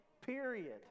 Period